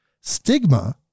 Stigma